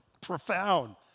profound